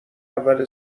اول